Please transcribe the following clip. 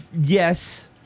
yes